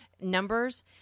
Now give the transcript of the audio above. numbers